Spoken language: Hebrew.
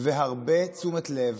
והרבה תשומת לב